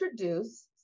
introduce